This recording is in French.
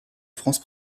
france